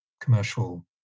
commercial